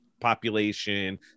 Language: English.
population